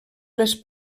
les